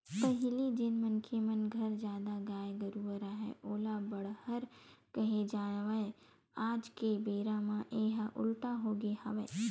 पहिली जेन मनखे मन घर जादा गाय गरूवा राहय ओला बड़हर केहे जावय आज के बेरा म येहा उल्टा होगे हवय